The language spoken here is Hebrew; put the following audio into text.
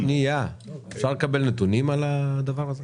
שנייה אפשר לקבל נתונים על הדבר הזה?